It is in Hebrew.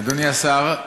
אדוני השר,